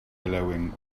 billowing